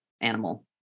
animal